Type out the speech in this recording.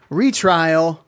retrial